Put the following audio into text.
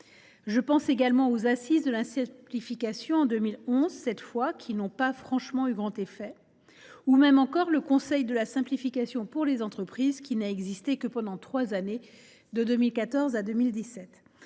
Je pense également aux Assises de la simplification en 2011, qui n’ont pas eu grand effet, ou encore au conseil de la simplification pour les entreprises, qui n’a existé que pendant trois années, de 2014 à 2017.